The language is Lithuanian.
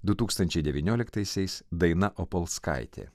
du tūkstančiai devynioliktaisiais daina opolskaitė